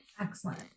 Excellent